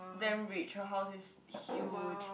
damn rich her house is huge